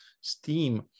steam